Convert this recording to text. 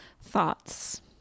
thoughts